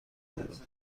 دارد